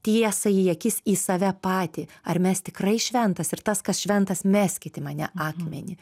tiesai į akis į save patį ar mes tikrai šventas ir tas kas šventas meskit į mane akmenį